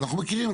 אנחנו מכירים,